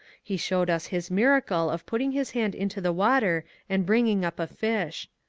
he showed us his miracle of putting his hand into the water and bring ing up a fish.